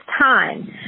time